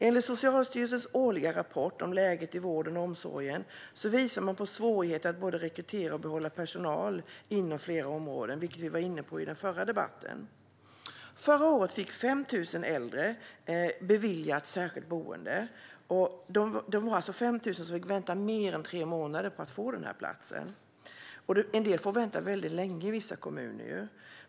Enligt Socialstyrelsens årliga rapport om läget i vården och omsorgen visar man på svårigheter att både rekrytera och behålla personal, vilket vi var inne på i den förra debatten. Förra året blev 5 000 äldre beviljade särskilt boende. Det var alltså 5 000 som fick vänta mer än tre månader på att få denna plats. En del människor får vänta väldigt länge i vissa kommuner.